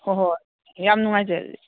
ꯍꯣꯏ ꯍꯣꯏ ꯍꯣꯏ ꯌꯥꯝ ꯅꯨꯡꯉꯥꯏꯖꯔꯦ ꯑꯗꯨꯗꯤ